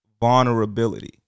vulnerability